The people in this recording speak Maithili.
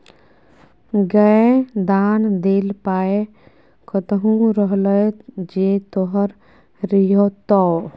गै दान देल पाय कतहु रहलै जे तोहर रहितौ